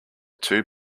two